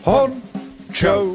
Honcho